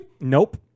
Nope